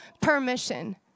permission